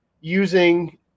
using